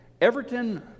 Everton